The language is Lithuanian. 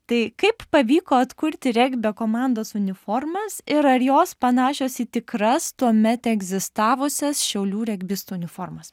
tai kaip pavyko atkurti regbio komandos uniformas ir ar jos panašios į tikras tuomet egzistavusias šiaulių regbistų uniformas